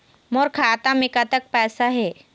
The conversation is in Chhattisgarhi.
मोर खाता मे कतक पैसा हे?